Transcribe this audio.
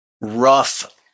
rough